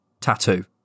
tattoo